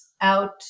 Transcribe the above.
out